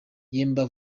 yemba